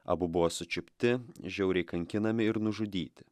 abu buvo sučiupti žiauriai kankinami ir nužudyti